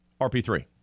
RP3